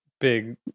big